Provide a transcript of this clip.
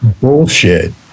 bullshit